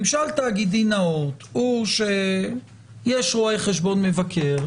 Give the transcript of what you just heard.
ממשל תאגידי נאות הוא שיש רואה חשבון מבקר,